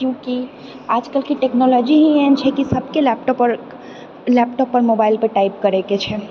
किआकि आज कलके टेक्नोलॉजी ही एहन छै कि सभके लैपटॉप पर लैपटॉप पर मोबाइल पर टाइप करएके छै